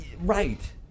right